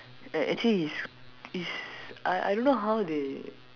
act actually it's it's I I don't know how they